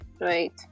Right